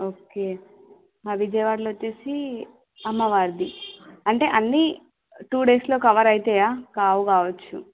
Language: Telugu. ఓకే మా విజయవాడలో వచ్చేసి అమ్మవారిది అంటే అన్ని టూ డేస్లో కవర్ అవతాయా కావుగావచ్చు